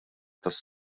tas